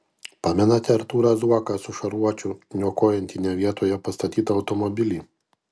pamenate artūrą zuoką su šarvuočiu niokojantį ne vietoje pastatytą automobilį